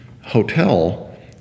hotel